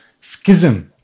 schism